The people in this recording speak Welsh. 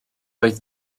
oedd